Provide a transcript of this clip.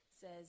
says